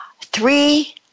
Three